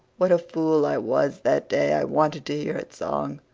what a fool i was that day i wanted to hear its song!